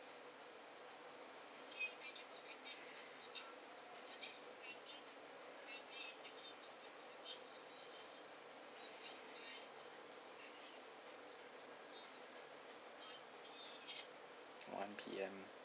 one P_M